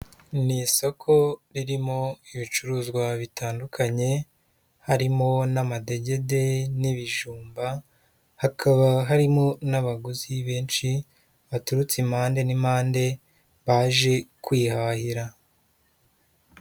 Ni isoko ririmo ibicuruzwa bitandukanye, harimo n'amadegede, n'ibijumba, hakaba harimo n'abaguzi benshi, baturutse impande n'impande, baje kwihahira.